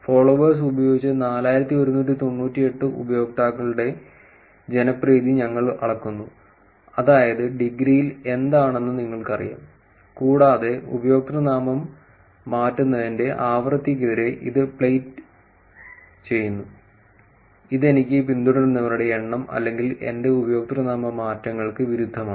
followers ഉപയോഗിച്ച് 4198 ഉപയോക്താക്കളുടെ ജനപ്രീതി ഞങ്ങൾ അളക്കുന്നു അതായത് ഡിഗ്രിയിൽ എന്താണെന്ന് നിങ്ങൾക്കറിയാം കൂടാതെ ഉപയോക്തൃനാമം മാറ്റുന്നതിന്റെ ആവൃത്തിയ്ക്കെതിരെ ഇത് പ്ലേറ്റ് ചെയ്യുന്നു ഇത് എനിക്ക് പിന്തുടരുന്നവരുടെ എണ്ണം അല്ലെങ്കിൽ എന്റെ ഉപയോക്തൃനാമ മാറ്റങ്ങൾക്ക് വിരുദ്ധമാണ്